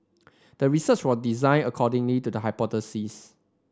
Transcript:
the research was designed accordingly to the hypothesis